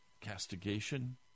castigation